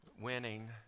winning